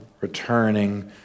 returning